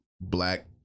black